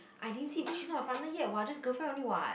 I didn't see because she not my partner yet [what] just girlfriend only [what]